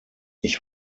ich